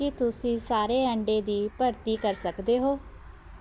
ਕੀ ਤੁਸੀਂ ਸਾਰੇ ਅੰਡੇ ਦੀ ਭਰਤੀ ਕਰ ਸਕਦੇ ਹੋ